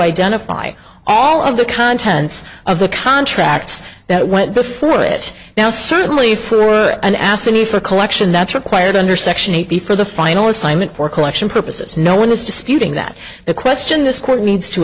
identify all of the kind sense of the contracts that went before it now certainly for an asinine for collection that's required under section eight b for the final assignment for collection purposes no one is disputing that the question this court needs to